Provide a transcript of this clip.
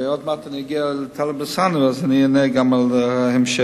ועוד מעט אגיע לטלב אלסאנע ואענה גם על ההמשך.